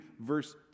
verse